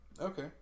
Okay